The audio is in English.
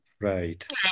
Right